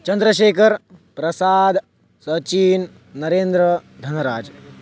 चन्द्रशेखरः प्रसादः सचिनः नरेन्द्रः धनराजः